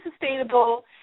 sustainable